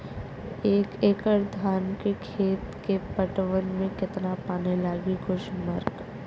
एक एकड़ धान के खेत के पटवन मे कितना पानी लागि?